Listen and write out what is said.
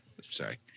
sorry